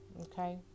okay